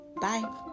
bye